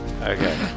okay